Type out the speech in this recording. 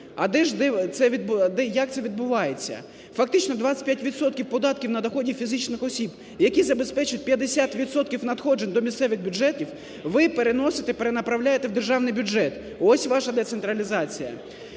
як це відбувається? Фактично 25 відсотків податків на доходи фізичних осіб, які забезпечать 50 відсотків надходжень до місцевих бюджетів, ви переносите, перенаправляєте в державний бюджет – ось ваша децентралізація.